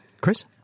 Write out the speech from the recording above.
Chris